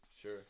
sure